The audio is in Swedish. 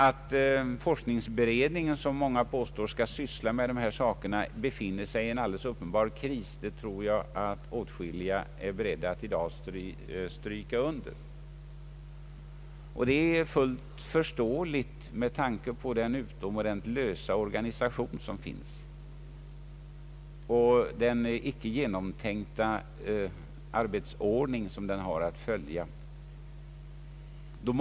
Att forskningsberedningen, som många påstår skall syssla med dessa saker, befinner sig i en alldeles uppenbar kris tror jag att åtskilliga i dag är beredda att stryka under. Det är fullt förståeligt med tanke på den utomordentligt lösa organisation som finns och den icke genomtänkta arbetsordning som forskningsberedningen har att följa.